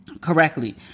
correctly